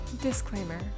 Disclaimer